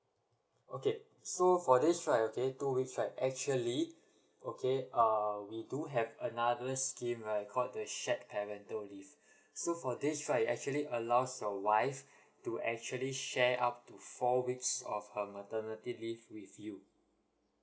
okay so for this right okay two weeks right actually okay err we do have another scheme right called the shared parental leave so for this right actually allows your wife to actually share up to four weeks of her maternity leave with you